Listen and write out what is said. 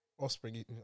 offspring